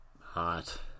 hot